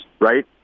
Right